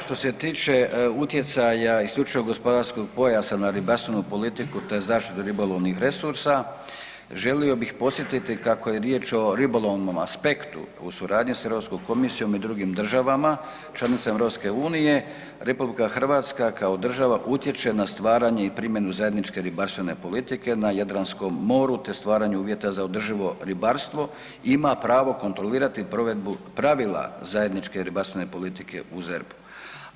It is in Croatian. Što se tiče utjecaja IGP-a na ribarstvenu politiku, te zaštitu ribolovnih resursa želio bih podsjetiti kako je riječ o ribolovnom aspektu u suradnji s Europskom komisijom i drugim državama članicama EU, RH kao država utječe na stvaranje i primjenu zajedničke ribarstvene politike na Jadranskom moru, te stvaranju uvjeta za održivo ribarstvo i ima pravo kontrolirati provedbu pravila zajedničke ribarstvene politike u ZERP-u.